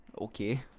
Okay